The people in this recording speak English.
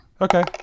Okay